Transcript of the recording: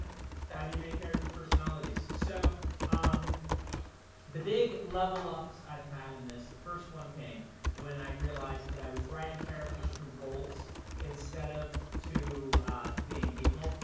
do you make characters personalities? so um the big level ups i've had in this, the first one came when i realized that i was writing characters to roles instead of to to being people.